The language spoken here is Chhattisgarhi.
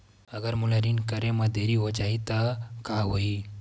अगर मोला ऋण करे म देरी हो जाहि त का होही?